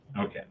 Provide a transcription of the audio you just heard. Okay